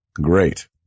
great